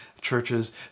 churches